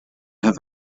have